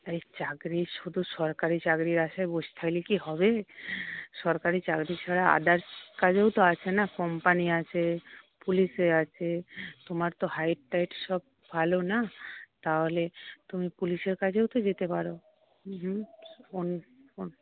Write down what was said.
আরে চাকরি শুধু সরকারি চাকরির আশায় বসে থাকলে কি হবে সরকারি চাকরি ছাড়া আদার্স কাজও তো আছে না কোম্পানি আছে পুলিশে আছে তোমার তো হাইট টাইট সব ভালো না তাহলে তুমি পুলিশের কাজেও তো যেতে পারো